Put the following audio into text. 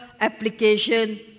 application